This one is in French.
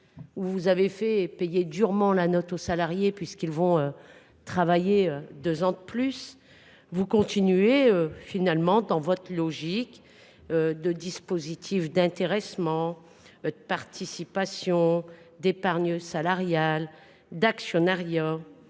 vous avez fait payer durement la note aux salariés en les conduisant à travailler deux ans de plus, vous persévérez dans votre logique de dispositifs d’intéressement, de participation, d’épargne salariale et d’actionnariat…